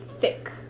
Thick